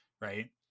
Right